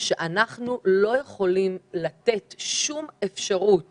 ואנחנו לא יכולים לתת שום אפשרות